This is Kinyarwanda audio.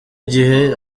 gihe